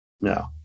No